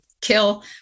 kill